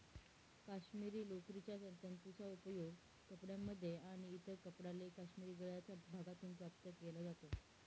काश्मिरी लोकरीच्या तंतूंचा उपयोग कपड्यांमध्ये आणि इतर कपडा लेख काश्मिरी गळ्याच्या भागातून प्राप्त केला जातो